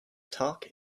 talk